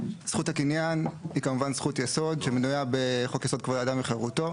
זכות הקניין היא כמובן זכות יסוד שמנויה בחוק יסוד כבוד האדם וחירותו.